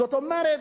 זאת אומרת,